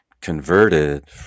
converted